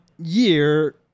Year